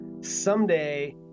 someday